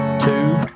Two